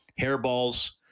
hairballs